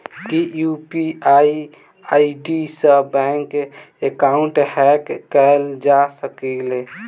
की UPI ID सऽ bank account hack कैल जा सकलिये?